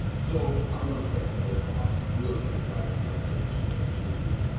so i'm gonna paraphrase from our brilliant writer director chinonye ah chukwu.